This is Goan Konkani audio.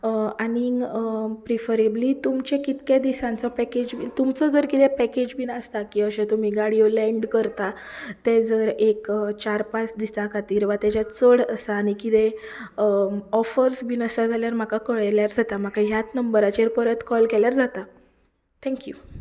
आनीक प्रिफरेबली तुमचे कितके दिसांचो पॅकेज तुमचो जर कितेंय पॅकेज बी आसता की अशे तुमी गाडयो लँड करता तें जर एक चार पांच दिसां खातीर वा तेज्या चड आसा आनी कितें ऑफर्स बीन आसात जाल्यार म्हाका कळयल्यार जाता म्हाका ह्याच नंबराचेर कॉल केल्यार जाता थँक्यू